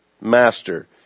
master